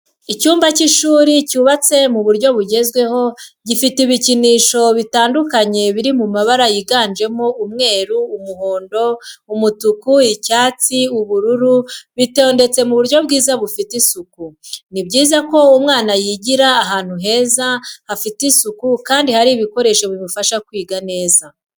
Icyumba cy'ishuri cyubatse mu buryo bugezweho gifite ibikinisho bitandukanye biri mu mabara yiganjemo umweru, umuhondo, umutuku, icyatsi, ubururu, bitondetse mu buryo bwiza bufite isuku. Ni byiza ko umwana yigira ahantu heza hafite isuku kandi hari ibikoresho bimufasha kwiga neza.